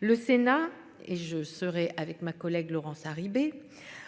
Le Sénat et je serai avec ma collègue Laurence Harribey